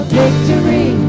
victory